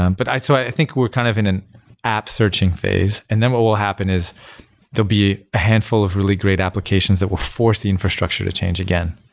um but i so i think we're kind of in an app searching phase. and then what will happen is there'll be a handful of really great applications that will force the infrastructure to change again,